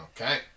Okay